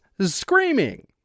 screaming